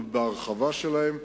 ובהרחבה שלהם,